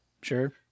Sure